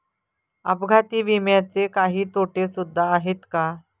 अपघाती विम्याचे काही तोटे सुद्धा आहेत का?